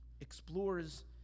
explores